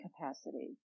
capacity